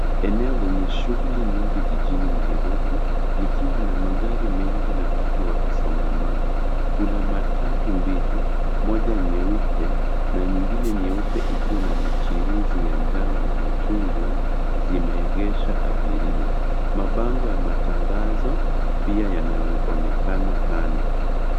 Eneo lenye shughuli nyingi jijini Nairobi, likiwa na magari mengi na watu wakisongamana. Kuna matatu mbili, mmoja nyeupe na nyingine nyeupe iliyo na michirizi ya njano na machungwa zimeegesha abiria. Mabango ya matangazo pia yanaonekana kando.